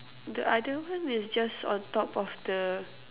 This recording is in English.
the other one is just on top of the